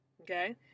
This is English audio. Okay